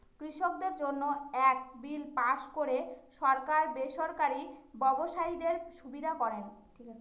কৃষকদের জন্য এক বিল পাস করে সরকার বেসরকারি ব্যবসায়ীদের সুবিধা করেন